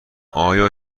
آیا